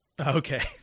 Okay